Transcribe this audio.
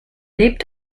lebt